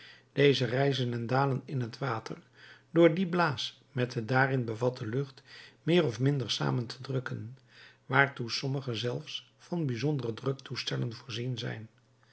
deze rijzen en dalen in het water door die blaas met de daarin bevatte lucht meer of minder samen te drukken waartoe sommigen zelfs van bijzondere druktoestellen voorzien zijn